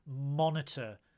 monitor